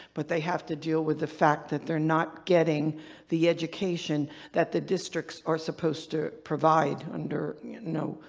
but they have to deal with the fact that they're not getting the education that the districts are supposed to provide under, you know,